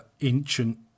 ancient